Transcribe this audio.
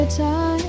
time